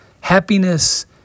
happiness